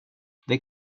det